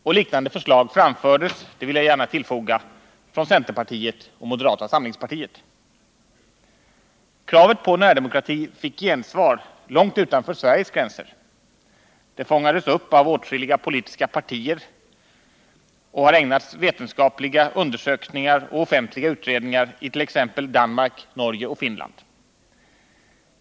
Och liknande förslag framfördes — det vill jag gärna tillfoga — från centerpartiet och moderata samlingspartiet. Kravet på närdemokrati fick gensvar långt utanför Sveriges gränser. Det fångades upp av åtskilliga politiska partier och har ägnats vetenskapliga undersökningar och offentliga utredningar i t.ex. Danmark, Norge och Finland.